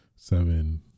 Seven